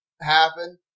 happen